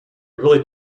really